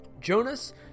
Jonas